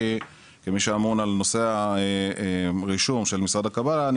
כמי שהיה אמון על נושא הרישום של --- אני